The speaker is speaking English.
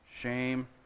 shame